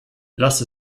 lass